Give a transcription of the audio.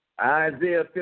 Isaiah